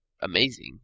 amazing